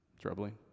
troubling